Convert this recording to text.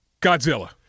Godzilla